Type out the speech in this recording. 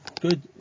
good